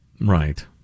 Right